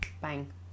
bang